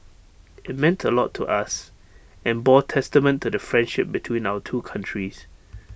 IT meant A lot to us and bore testament to the friendship between our two countries